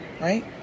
Right